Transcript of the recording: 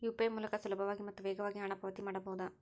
UPI ಮೂಲಕ ಸುಲಭವಾಗಿ ಮತ್ತು ವೇಗವಾಗಿ ಹಣ ಪಾವತಿ ಮಾಡಬಹುದಾ?